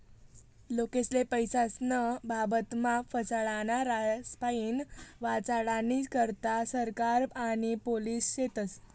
लोकेस्ले पैसास्नं बाबतमा फसाडनारास्पाईन वाचाडानी करता सरकार आणि पोलिस शेतस